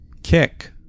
Kick